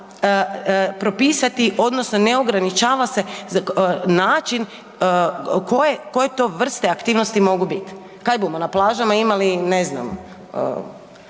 ne mora propisati odnosno ne ograničava se način koje to vrste aktivnosti mogu biti. Kaj bumo, na plažama imali ne znam,